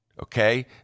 Okay